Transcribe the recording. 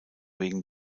wegen